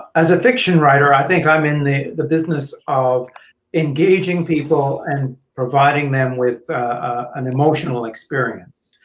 as a fiction writer, i think i'm in the the business of engaging people and providing them with an emotional experience.